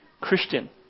Christian